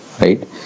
right